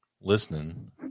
listening